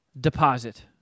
deposit